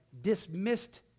dismissed